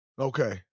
Okay